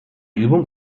übung